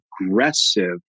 aggressive